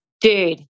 dude